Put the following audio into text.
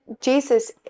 jesus